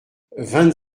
vingt